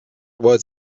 was